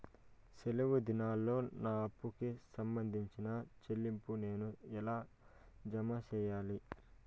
సెలవు దినాల్లో నా అప్పుకి సంబంధించిన చెల్లింపులు నేను ఎలా జామ సెయ్యాలి?